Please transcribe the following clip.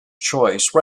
choice